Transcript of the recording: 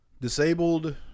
disabled